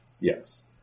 Yes